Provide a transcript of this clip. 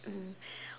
mm